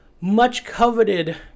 much-coveted